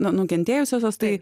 na nukentėjusiosios tai